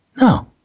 No